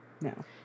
No